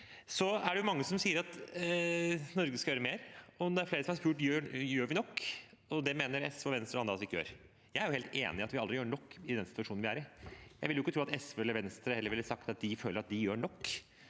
Det er mange som sier at Norge skal gjøre mer, og det er flere som har spurt om vi gjør nok. Det mener SV, Venstre og andre at vi ikke gjør. Jeg er helt enig i at vi al dri gjør nok i den situasjonen vi er i. Jeg vil heller ikke tro at SV eller Venstre ville sagt at de føler at de gjør nok.